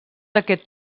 aquest